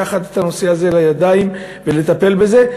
לקחת את הנושא הזה לידיים ולטפל בזה,